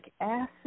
acid